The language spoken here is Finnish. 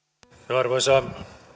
arvoisa